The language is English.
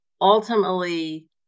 ultimately